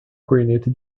corneta